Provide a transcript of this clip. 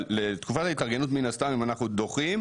אבל לתקופת ההתארגנות מן הסתם אם אנחנו דוחים,